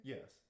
Yes